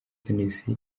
tennis